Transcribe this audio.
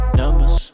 numbers